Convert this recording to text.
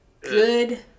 good